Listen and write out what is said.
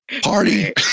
party